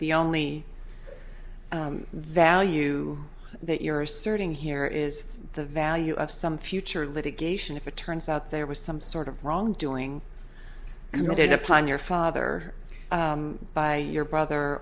the only value that you're asserting here is the value of some future litigation if it turns out there was some sort of wrongdoing and voted upon your father by your brother